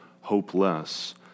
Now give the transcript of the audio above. hopeless